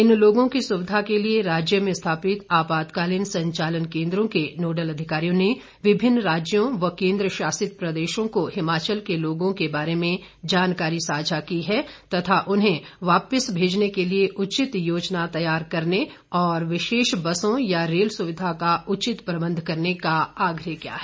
इन लोगों की सुविधा के लिए राज्य में स्थापित आपातकालीन संचालन केंद्रों के नोडल अधिकारियों ने विभिन्न राज्यों एवं केंद्र शासित प्रदेशों को हिमाचल के लोगों के बारे में जानकारी सांझा की है तथा उन्हें वापस भेजने के लिए उचित योजना तैयार करने और विशेष बसों या रेल सुविधा का उचित प्रबन्ध करने का आग्रह किया है